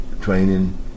training